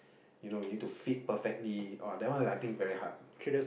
you know you need to fit perfectly [wah] that one I think very hard